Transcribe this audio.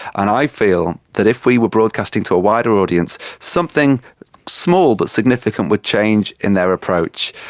and i feel that if we were broadcasting to a wider audience, something small but significant would change in their approach.